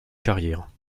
carrière